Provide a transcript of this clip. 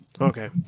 Okay